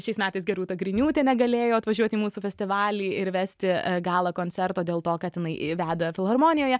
šiais metais geriuta griniūtė negalėjo atvažiuoti į mūsų festivalį ir vesti gala koncerto dėl to kad jinai veda filharmonijoje